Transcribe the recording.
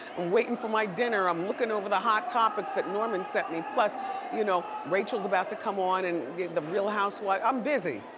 i'm waiting for my dinner. i'm looking over the hot topics that norman sent me, plus you know rachel's about to come on and the real housewives, i'm busy.